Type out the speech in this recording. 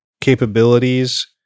capabilities